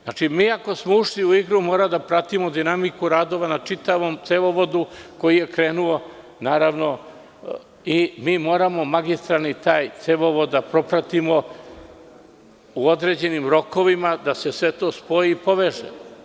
Znači, mi ako smo ušli u igru, moramo da pratimo dinamiku radova na čitavom cevovodu koji je krenuo i moramo taj magistralni cevovod da propratimo u određenim rokovima, da se sve to spoji i poveže.